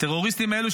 הטרוריסטים האלו,